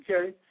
okay